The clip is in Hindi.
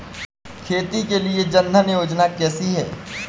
खेती के लिए जन धन योजना कैसी है?